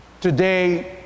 Today